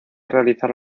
realizar